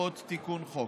המצריכות תיקון חוק.